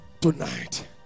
tonight